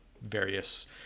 various